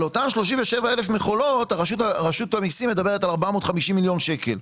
עליהן רשות המיסים מדברת על 450 מיליון שקל.